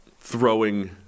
Throwing